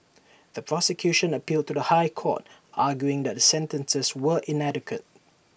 the prosecution appealed to the High Court arguing that the sentences were inadequate